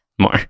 More